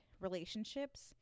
relationships